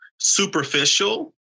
superficial